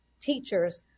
teachers